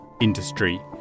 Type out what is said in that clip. industry